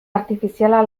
artifiziala